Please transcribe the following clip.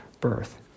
birth